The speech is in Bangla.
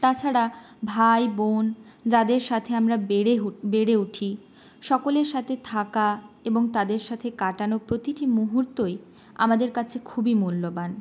তাছাড়া ভাই বোন যাদের সাথে আমরা বেড়ে বেড়ে উঠি সকলের সাথে থাকা এবং তাদের সাথে কাটানো প্রতিটি মুহূর্তই আমাদের কাছে খুবই মূল্যবান